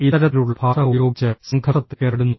ഇത്തരത്തിലുള്ള ഭാഷ ഉപയോഗിച്ച് സംഘർഷത്തിൽ ഏർപ്പെടുന്നു